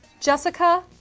Jessica